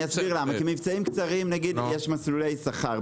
מבצעים קצרים יש מסלולי שכר.